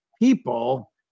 people